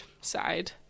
side